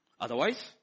Otherwise